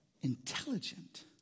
intelligent